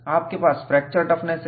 आपके पास fracture toughness है